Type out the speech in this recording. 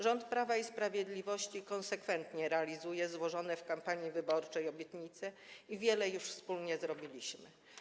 Rząd Prawa i Sprawiedliwości konsekwentnie realizuje złożone w kampanii wyborczej obietnice i wiele już wspólnie zrobiliśmy.